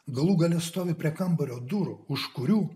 galų gale stovi prie kambario durų už kurių